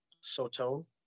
Soto